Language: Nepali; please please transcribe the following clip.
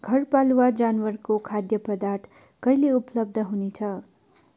घरपालुवा जनावरको खाद्य पदार्थ कहिले उपलब्ध हुनेछ